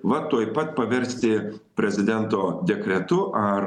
va tuoj pat paversti prezidento dekretu ar